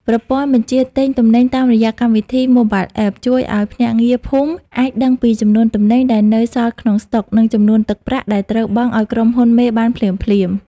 ប្រព័ន្ធបញ្ជាទិញទំនិញតាមរយៈកម្មវិធី Mobile App ជួយឱ្យភ្នាក់ងារភូមិអាចដឹងពីចំនួនទំនិញដែលនៅសល់ក្នុងស្តុក និងចំនួនទឹកប្រាក់ដែលត្រូវបង់ឱ្យក្រុមហ៊ុនមេបានភ្លាមៗ។